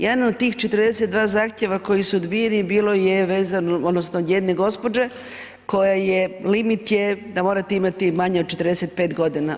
Jedan od tih 42 zahtjeva koji su odbijeni, bilo je vezano, odnosno od jedne gospođe, koja je, limit je da morate imati manje od 45 godina.